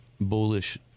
bullish